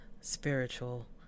Spiritual